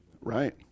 Right